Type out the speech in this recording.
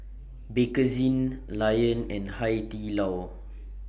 Bakerzin Lion and Hai Di Lao